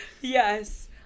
Yes